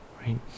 right